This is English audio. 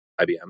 IBM